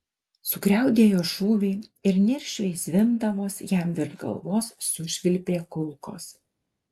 sugriaudėjo šūviai ir niršiai zvimbdamos jam virš galvos sušvilpė kulkos